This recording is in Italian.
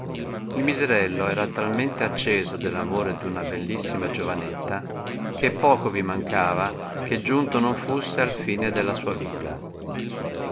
il miserello era talmente acceso dell amore d una bellissima giovanetta che poco vi mancava che giunto non fusse al fine della sua vita